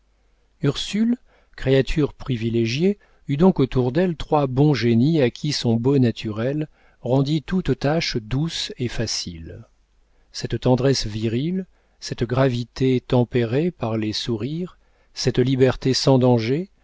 ursule créature privilégiée eut donc autour d'elle trois bons génies à qui son beau naturel rendit toute tâche douce et facile cette tendresse virile cette gravité tempérée par les sourires cette liberté sans danger